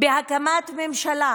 בהקמת ממשלה